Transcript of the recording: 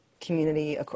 community